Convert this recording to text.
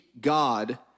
God